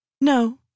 No